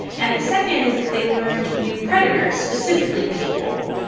and the second is if they learned new predators, specifically people.